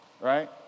right